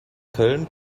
köln